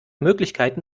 möglichkeiten